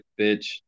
bitch